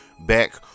back